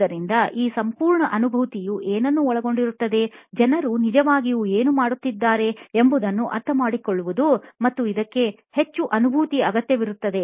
ಆದ್ದರಿಂದ ಈ ಸಂಪೂರ್ಣ ಅನುಭೂತಿಯು ಏನನ್ನು ಒಳಗೊಂಡಿರುತ್ತದೆ ಜನರು ನಿಜವಾಗಿಯೂ ಏನು ಮಾಡುತ್ತಿದ್ದಾರೆ ಎಂಬುದನ್ನು ಅರ್ಥಮಾಡಿಕೊಳ್ಳುವುದು ಮತ್ತು ಇದಕ್ಕೆ ಅನುಭೂತಿ ಅಗತ್ಯವಿರುತ್ತದೆ